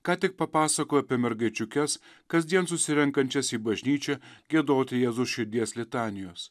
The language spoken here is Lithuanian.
ką tik papasakojo apie mergaičiukes kasdien susirenkančias į bažnyčią giedoti jėzaus širdies litanijos